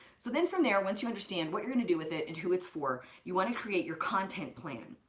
so then from there, once you understand what you're gonna do with it and who it's for, you wanna create your content plan.